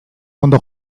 ondo